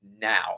now